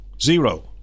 Zero